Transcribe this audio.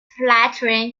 flattering